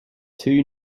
two